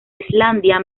islandia